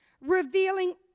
revealing